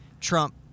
trump